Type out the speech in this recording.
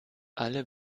alle